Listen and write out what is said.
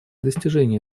достижение